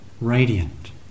Radiant